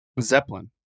Zeppelin